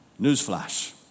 Newsflash